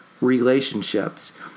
relationships